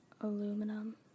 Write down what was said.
Aluminum